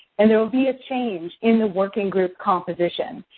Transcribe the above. and there will be a change in the working group composition.